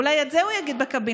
אולי את זה הוא יגיד בקבינט.